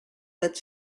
but